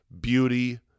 beauty